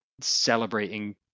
celebrating